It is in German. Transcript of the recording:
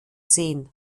sehen